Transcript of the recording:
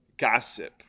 Gossip